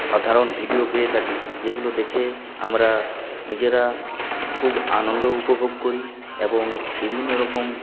সাধারণ ভিডিও পেয়ে থাকি যেগুলো দেখে আমরা নিজেরা খুব আনন্দ উপভোগ করি এবং বিভিন্ন রকম